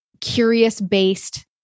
curious-based